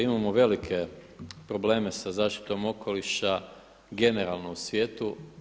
Imamo velike probleme sa zaštitom okoliša generalno u svijetu.